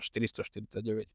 449